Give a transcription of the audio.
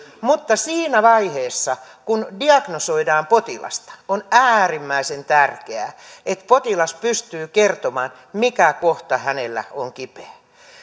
mutta siinä vaiheessa kun diagnosoidaan potilasta on äärimmäisen tärkeää että potilas pystyy kertomaan mikä kohta hänellä on kipeä